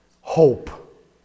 Hope